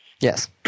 yes